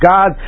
God